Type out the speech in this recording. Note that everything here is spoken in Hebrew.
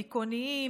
דיכאוניים,